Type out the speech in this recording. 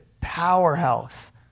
powerhouse